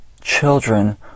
children